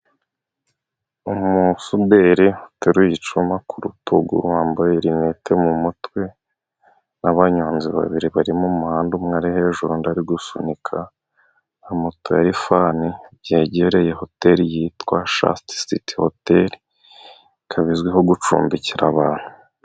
Umusuderi uteruye icyuma ku rutugu. Wambaye lineti mu mutwe, n'abanyonzi babiri bari mu umuhanda. Umwe ari hejuru undi ari gusunika nka moto ya rifani ,byegereye hoteli yitwa shasitisiti hoteli. Ikaba izwiho gucumbikira abantu.